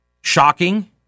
shocking